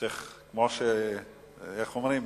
כמו שאומרים: